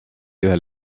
ühel